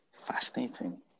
Fascinating